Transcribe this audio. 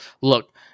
Look